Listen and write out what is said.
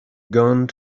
gone